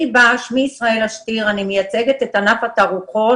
אני מייצגת את ענף התערוכות.